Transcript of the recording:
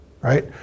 right